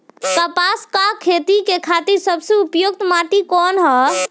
कपास क खेती के खातिर सबसे उपयुक्त माटी कवन ह?